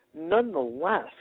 nonetheless